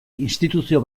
instituzio